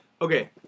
Okay